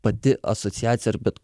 pati asociacija ar bet